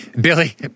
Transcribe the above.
Billy